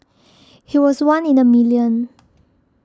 he was one in a million